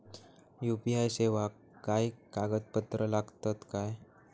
UPI सेवाक काय कागदपत्र लागतत काय?